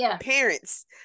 parents